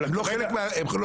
הן לא חלק מהדיון.